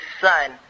Son